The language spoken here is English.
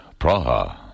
Praha